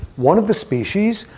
one of the species,